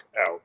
out